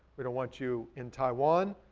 we don't want you in taiwan,